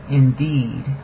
indeed